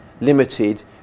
limited